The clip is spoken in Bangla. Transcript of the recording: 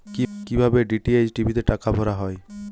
কি ভাবে ডি.টি.এইচ টি.ভি তে টাকা ভরা হয়?